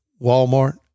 Walmart